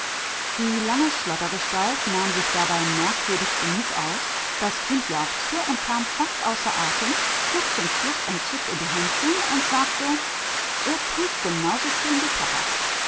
die lange schlottergestalt nahm sich dabei merkwürdig genug aus das kind jauchzte kam fast außer atem schlug zum schluß entzückt in die händchen und sagte er tanzt genau so schön wie pappa